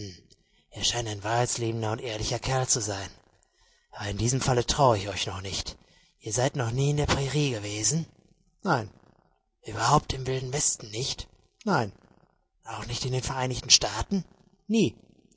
scheint ein wahrheitsliebender und ehrlicher kerl zu sein aber in diesem falle traue ich euch doch nicht ihr seid noch nie in der prairie gewesen nein ueberhaupt im wilden westen nicht nein auch nicht in den vereinigten staaten nie